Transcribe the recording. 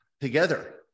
Together